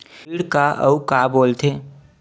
ऋण का अउ का बोल थे?